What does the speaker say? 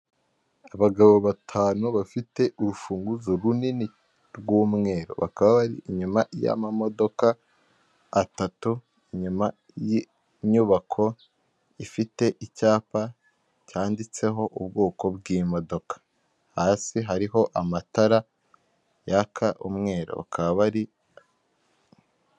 Abagabo batanu bafite urufunguzo runini r'umweru bakaba bari inyuma y'amamodoka atatu, inyuma y'inyubako ifite icyapa cyanditseho ubwoko bw'imodoka hasi hariho amatara yaka umweru bakaba bari